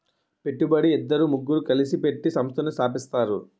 పెట్టుబడి ఇద్దరు ముగ్గురు కలిసి పెట్టి సంస్థను స్థాపిస్తారు